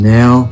now